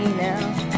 now